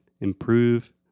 improve